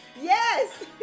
Yes